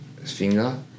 finger